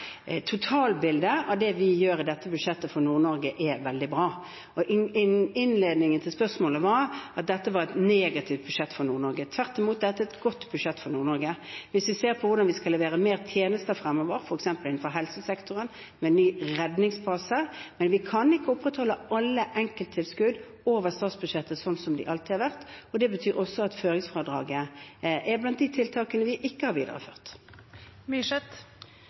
Totalbildet av det vi gjør i dette budsjettet for Nord-Norge, er veldig bra. Innledningen til spørsmålet var at dette var et negativt budsjett for Nord-Norge. Tvert imot, dette er et godt budsjett for Nord-Norge, hvis vi ser på hvordan vi skal levere mer tjenester fremover, f.eks. innenfor helsesektoren med ny redningsbase. Men vi kan ikke opprettholde alle enkelttilskudd over statsbudsjettet sånn som de alltid har vært. Det betyr også at føringstilskuddet er blant de tiltakene vi ikke har